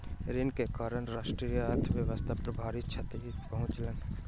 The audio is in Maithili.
ऋण के कारण राष्ट्रक अर्थव्यवस्था के भारी क्षति पहुँचलै